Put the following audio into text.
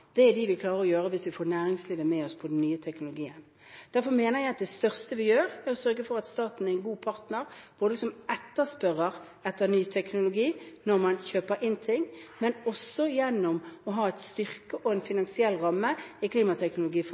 er de vi klarer å gjøre hvis vi får næringslivet med oss på den nye teknologien. Derfor mener jeg at det største vi gjør, er å sørge for at staten er en god partner, både som etterspørrer etter ny teknologi når man kjøper inn ting, og også gjennom å ha en styrket finansiell ramme i klimateknologifondet og i miljøteknologiordningen. Klimateknologifondet har vi gjennom enigheten i